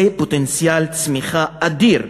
זה פוטנציאל צמיחה אדיר,